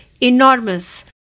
enormous